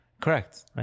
Correct